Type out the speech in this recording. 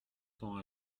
tend